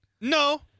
No